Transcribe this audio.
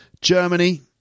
Germany